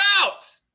out